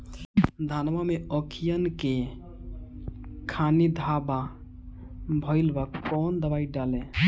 धनवा मै अखियन के खानि धबा भयीलबा कौन दवाई डाले?